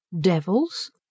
Devils